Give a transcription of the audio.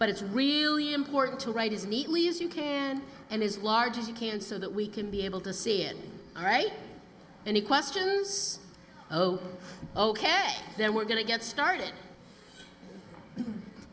but it's really important to write is neatly as you can and as large as you can so that we can be able to see it all right and he questions oh ok then we're going to get started